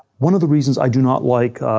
one of the reasons i do not like